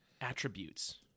Attributes